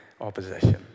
opposition